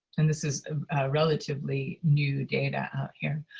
and this is relatively new data here